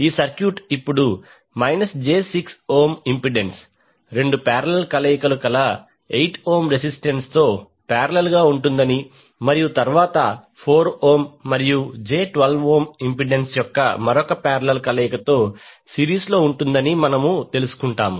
ఈ సర్క్యూట్ ఇప్పుడు j6 impedance రెండు పారేలల్ కలయికలు కల 8 ఓం రెసిస్టెన్స్ తో పారేలల్ గా ఉంటుందని మరియు తరువాత4 మరియు j12ఇంపెడెన్స్ యొక్క మరొక పారేలల్ కలయికతో సిరీస్ లో ఉంటుందని మనము తెలుసుకుంటాము